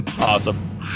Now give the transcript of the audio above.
Awesome